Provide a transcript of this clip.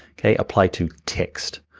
okay? apply to text.